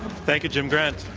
thank you, jim grant.